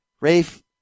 Rafe